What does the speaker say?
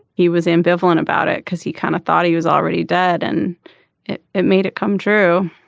he was ambivalent about it because he kind of thought he was already dead and it it made it come true.